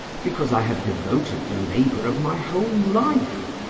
because i had devoted the labour of my whole life,